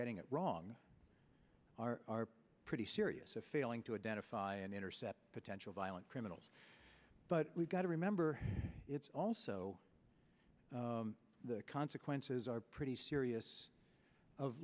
getting it wrong are pretty serious of failing to identify and intercept potential violent criminals but we've got to remember it's also the consequences are pretty serious of